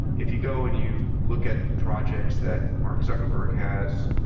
if you go and you look at the projects that mark zuckerberg has,